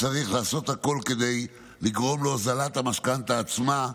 צריך לעשות הכול כדי לגרום להוזלת המשכנתה עצמה.